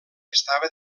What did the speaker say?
estava